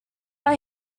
but